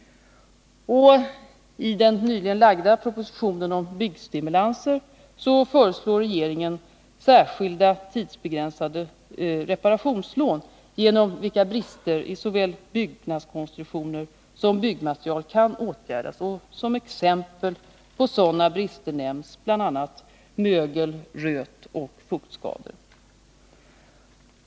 I den nyligen framlagda propositionen om byggstimulanser föreslår regeringen särskilda tidsbegränsade reparationslån genom vilka brister i såväl byggnadskonstruktioner som byggmaterial kan åtgärdas. Som exempel på sådana brister nämns bl.a. mögel-, rötoch fuktskador.